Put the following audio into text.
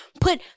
put